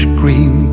green